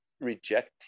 reject